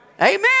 Amen